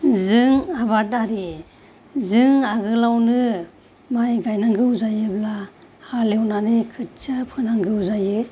जों आबादारि जों आगोलावनो माइ गायनांगौ जायोब्ला हालेवनानै खोथिया फोनांगौ जायो